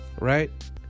Right